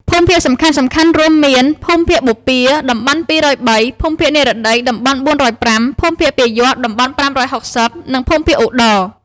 ភូមិភាគសំខាន់ៗរួមមាន៖ ភូមិភាគបូព៌ា (តំបន់២០៣), ភូមិភាគនិរតី (តំបន់៤០៥), ភូមិភាគពាយព្យ (តំបន់៥៦០) និងភូមិភាគឧត្តរ។